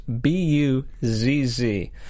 B-U-Z-Z